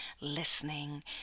listening